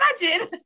imagine